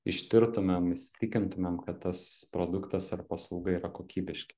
ištirtumėm įsitikintumėm kad tas produktas ar paslauga yra kokybiški